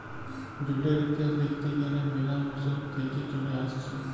জুটের ইতিহাস দ্যাখতে গ্যালে ম্যালা বসর থেক্যে চলে আসছে